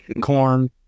corn